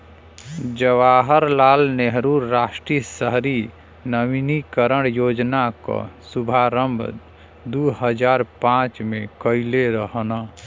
जवाहर लाल नेहरू राष्ट्रीय शहरी नवीनीकरण योजना क शुभारंभ दू हजार पांच में कइले रहलन